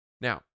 Now